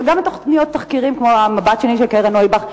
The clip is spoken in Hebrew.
וגם מתוכניות תחקירים כמו "מבט שני" של קרן נויבך,